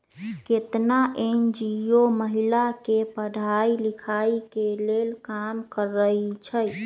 केतना एन.जी.ओ महिला के पढ़ाई लिखाई के लेल काम करअई छई